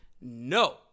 No